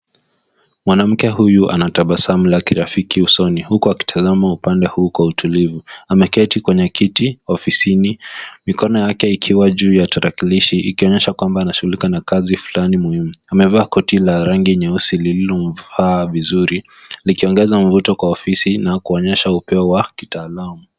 Mwanamke huyu ana tabasamu la kirafiki usoni huku akitazama upande huu kwa utulivu ameketi kwenye kiti ofisini, mikono yake ikiwa juu ya tarakilishi, ikionyesha kwamba anashughulika na kazi fulani muhimu. Amevaa koti la rangi nyeusi lililomfaa vizuri, likiongeza mvuto kwa ofisi na kuonyesha upeo wa kitaalamu.